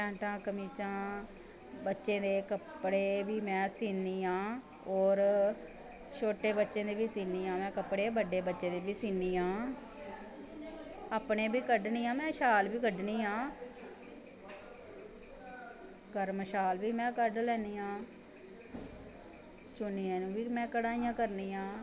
पैंटा कमीचां बच्चें दे कपड़े बी में सीनी आं होर शोटे बच्चें दे बी में सीनी आं बज्जें बच्चें दे बी सीनी आं अपनें बी कड्ढनी आं में शाल बी कड्डनी आं गर्म शाल बी में कड्ढी लैन्नी आं चुन्नियां बी में कढ़ाइयां करनी आं